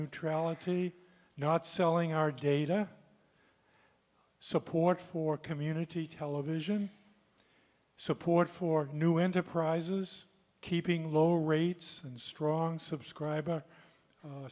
neutrality not selling our data support for community television support for new enterprises keeping low rates and strong subscriber